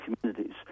communities